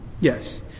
yes